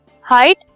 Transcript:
Height